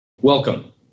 Welcome